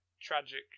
tragic